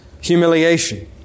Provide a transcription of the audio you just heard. humiliation